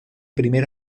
primer